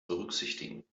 berücksichtigen